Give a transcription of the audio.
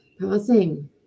passing